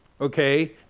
Okay